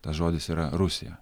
tas žodis yra rusija